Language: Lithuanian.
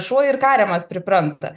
šuo ir kariamas pripranta